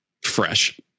Fresh